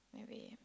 maybe